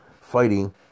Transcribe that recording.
fighting